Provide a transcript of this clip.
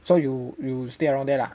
so you you stay around there lah is it